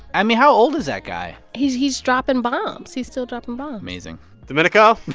i mean, how old is that guy? he's he's dropping bombs. he's still dropping bombs amazing domenico?